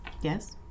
Yes